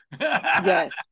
Yes